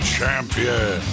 Champion